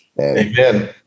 Amen